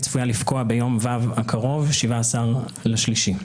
היא צפויה לפקוע ביום ו' הקרוב, 17 במרץ.